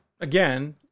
again